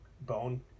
bone